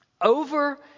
Over